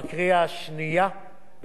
ובקריאה השלישית מטעם הוועדה,